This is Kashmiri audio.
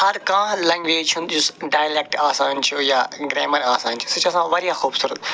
ہر کانٛہہ لنٛگویج چھَنہٕ یُس ڈایلٮ۪کٹ آسان چھُ یا گرٛیمر آسان چھُ سُہ چھُ آسان وارِیاہ خوٗبصوٗرت